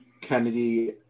Kennedy